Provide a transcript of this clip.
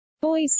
Boys